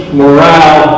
morale